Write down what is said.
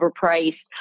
overpriced